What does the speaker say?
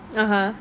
(uh huh)